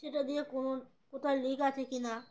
সেটা দিয়ে কোনো কোথাও লিক আছে কি না